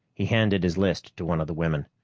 he handed his list to one of the women.